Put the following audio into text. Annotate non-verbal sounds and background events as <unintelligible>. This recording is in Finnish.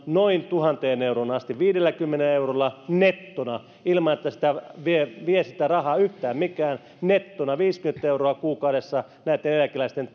noin tuhanteen euroon asti viidelläkymmenellä eurolla nettona ilman että sitä rahaa vie yhtään mikään nettona viisikymmentä euroa kuukaudessa näitten eläkeläisten <unintelligible>